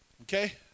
Okay